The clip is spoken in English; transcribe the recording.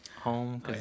home